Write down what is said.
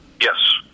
Yes